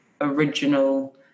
original